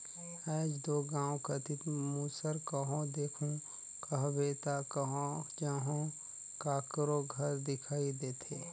आएज दो गाँव कती मूसर कहो देखहू कहबे ता कहो जहो काकरो घर दिखई देथे